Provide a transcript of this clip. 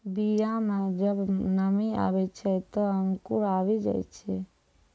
बीया म जब नमी आवै छै, त अंकुर आवि जाय छै